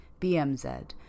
BMZ